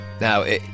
Now